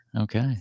okay